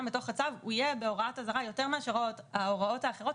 בתוך הצו יהיה בהוראת אזהרה יותר מהוראות אחרות,